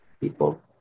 people